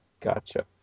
gotcha